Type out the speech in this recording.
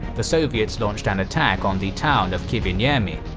the soviets launched an attack on the town of kiviniemi.